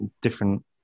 different